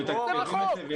זה החוק.